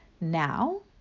Now